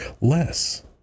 less